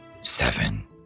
Seven